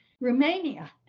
Romania